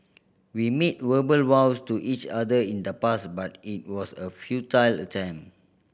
we made verbal vows to each other in the past but it was a futile attempt